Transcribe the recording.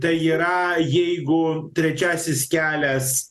tai yra jeigu trečiasis kelias